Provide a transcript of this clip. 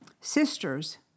sisters